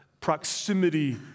proximity